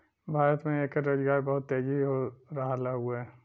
भारत में एकर रोजगार बहुत तेजी हो रहल हउवे